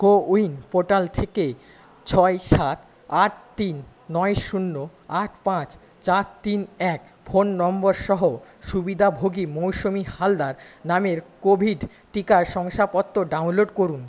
CoWIN portal থেকে ছয় সাত আট তিন নয় শূন্য আট পাঁচ চার তিন এক ফোন নম্বরসহ সুবিধাভোগী মৌসুমি হালদার নামের কোভিড টিকা শংসাপত্র ডাউনলোড করুন